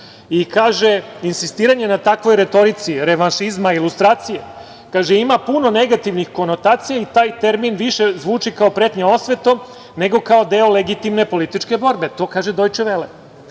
i kaže – insistiranje na takvoj retorici revanšizma i lustracije, ima puno negativnih konotacija i taj termin više zvuči kao pretnja osvetom nego kao deo legitimne političke borbe, to kaže „Dojče Vele“.A